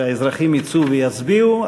האזרחים שיצאו ויצביעו.